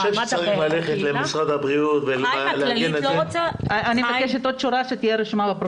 אני חושב שצריך ללכת למשרד הבריאות --- אני מבקשת עוד דבר לפרוטוקול.